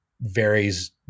varies